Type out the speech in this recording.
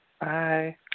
Bye